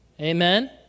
Amen